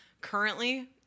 Currently